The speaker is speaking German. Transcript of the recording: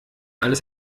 alles